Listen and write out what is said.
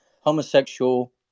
homosexual